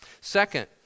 second